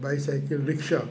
bicycle rickshaw